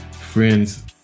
Friends